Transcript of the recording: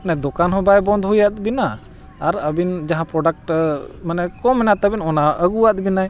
ᱚᱱᱮ ᱫᱚᱠᱟᱱ ᱦᱚᱸ ᱵᱟᱭ ᱵᱚᱱᱫ ᱦᱩᱭ ᱟᱫ ᱵᱤᱱᱟ ᱟᱨ ᱟᱹᱵᱤᱱ ᱡᱟᱦᱟᱸ ᱯᱨᱚᱰᱟᱠᱴ ᱢᱟᱱᱮ ᱠᱚᱢ ᱮᱱᱟ ᱛᱟᱹᱵᱤᱱ ᱚᱱᱟ ᱟᱹᱜᱩ ᱟᱫ ᱵᱤᱱᱟᱭ